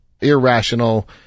irrational